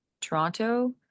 Toronto